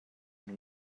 and